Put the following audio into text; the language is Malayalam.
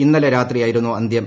ഇന്നലെ രാത്രിയായിരുന്നു അന്തൃം